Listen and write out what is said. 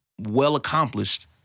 well-accomplished